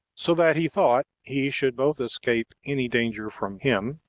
so that he thought he should both escape any danger from him,